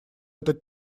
этот